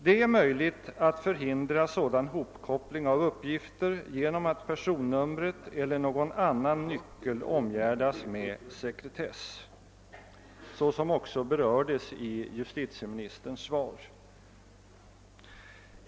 Det är möjligt att förhindra sådan hopkoppling av uppgifter genom att personnumret eller någon annan nyckel omgärdas med sekretess, såsom också berördes i justitieministerns svar.